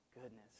goodness